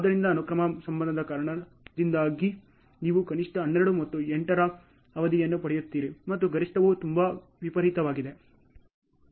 ಆದ್ದರಿಂದ ಅನುಕ್ರಮ ಸಂಬಂಧದ ಕಾರಣದಿಂದಾಗಿ ನೀವು ಕನಿಷ್ಟ 12 ಮತ್ತು 8 ರ ಅವಧಿಯನ್ನು ಪಡೆಯುತ್ತೀರಿ ಮತ್ತು ಗರಿಷ್ಠವು ತುಂಬಾ ವಿಪರೀತವಾಗಿದೆ